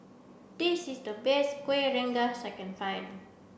this is the best kuih rengas second find